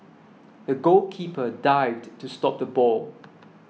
the goalkeeper dived to stop the ball